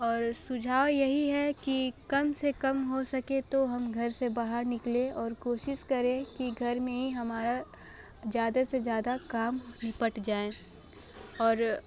और सुझाव यही है कि कम से कम हो सके तो हम घर से बाहर निकलें और कोशिश करें कि घर में ही हमारा ज़्यादा से ज़्यादा काम निपट जाए और